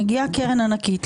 מגיעה קרן ענקית,